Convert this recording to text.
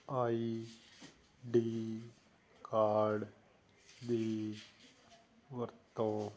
ਆਈ D card ਦੀ ਵਰਤੋਂ